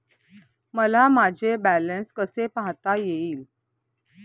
मला माझे बॅलन्स कसे पाहता येईल?